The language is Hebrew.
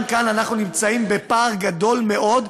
גם כאן אנחנו נמצאים בפער גדול מאוד,